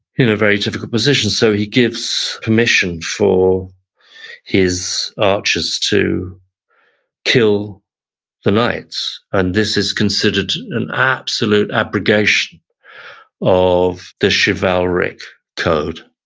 in a very difficult position, so he gives permission for his archers to kill the knights. and this is considered an absolute abrogation of the chivalric code,